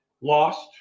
lost